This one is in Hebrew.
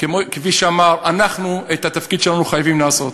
כפי שאמר, אנחנו את התפקיד שלנו חייבים לעשות.